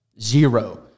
Zero